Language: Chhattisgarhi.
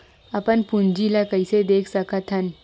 अपन पूंजी ला कइसे देख सकत हन?